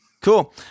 Cool